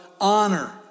honor